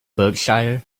berkshire